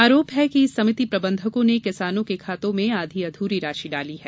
आरोप है कि समिति प्रबंधकों ने किसानो के खातों में आधी अधूरी राशि डाली है